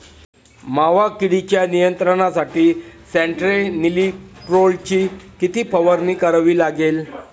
मावा किडीच्या नियंत्रणासाठी स्यान्ट्रेनिलीप्रोलची किती फवारणी करावी लागेल?